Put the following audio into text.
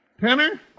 Tenner